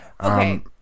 Okay